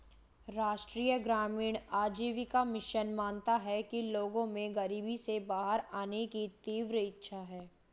राष्ट्रीय ग्रामीण आजीविका मिशन मानता है कि लोगों में गरीबी से बाहर आने की तीव्र इच्छा है